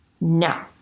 No